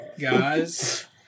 guys